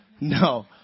No